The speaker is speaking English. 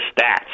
stats